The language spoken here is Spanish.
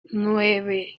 nueve